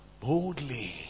boldly